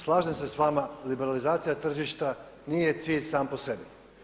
Slažem se sa vama liberalizacija tržišta nije cilj sam po sebi.